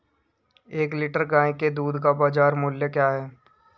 एक लीटर गाय के दूध का बाज़ार मूल्य क्या है?